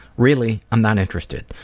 really, i'm not interested.